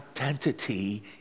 identity